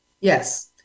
Yes